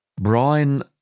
Brian